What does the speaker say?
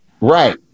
right